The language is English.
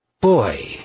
boy